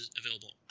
available